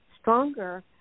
stronger